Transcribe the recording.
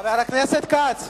חבר הכנסת כץ.